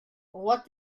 what